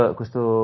questo